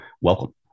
welcome